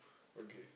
okay